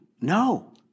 No